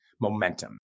momentum